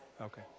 Okay